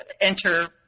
enter